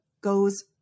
goes